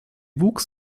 wuchs